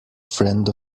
friend